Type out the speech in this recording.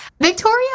Victoria